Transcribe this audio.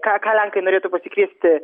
ką ką lenkai norėtų pasikviesti